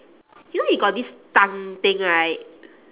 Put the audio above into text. you know you got this tongue thing right